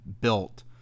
built